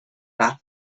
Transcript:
that